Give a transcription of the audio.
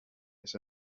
its